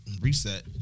Reset